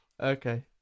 Okay